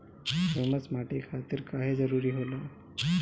Humus माटी खातिर काहे जरूरी होला?